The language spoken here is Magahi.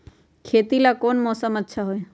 खेती ला कौन मौसम अच्छा होई?